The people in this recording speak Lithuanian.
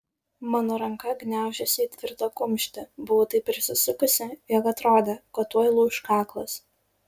mano ranka gniaužėsi į tvirtą kumštį buvau taip persisukusi jog atrodė kad tuoj lūš kaklas